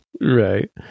Right